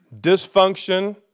Dysfunction